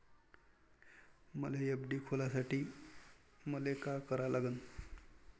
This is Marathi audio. मले एफ.डी खोलासाठी मले का करा लागन?